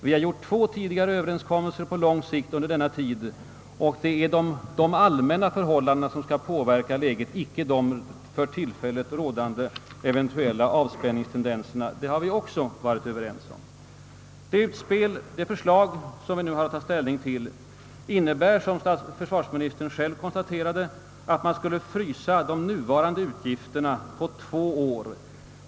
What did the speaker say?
Vi har gjort två tidigare överenskommelser på lång sikt under denna efterkrigstid.» Det är alltså de allmänna förhållandena som skall påverka försvaret, icke de för tillfället rådande eventuella avspänningstendenserna. Det har vi också varit överens om. Det förslag som vi nu har att ta ställning till innebär, som försvarsministern själv konstaterade, att man skulle frysa ned de nuvarande utgifterna på två år.